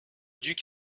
duc